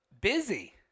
Busy